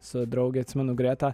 su drauge atsimenu greta